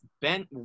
Ben